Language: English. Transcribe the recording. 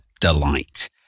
delight